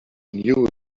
knew